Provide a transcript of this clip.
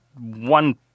one